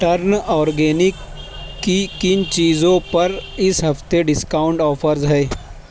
turn organic کی کن چیزوں پر اس ہفتے ڈسکاؤنٹ آفرز ہے